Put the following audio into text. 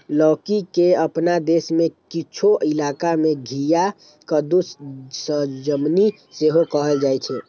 लौकी के अपना देश मे किछु इलाका मे घिया, कद्दू, सजमनि सेहो कहल जाइ छै